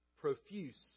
Profuse